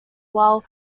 while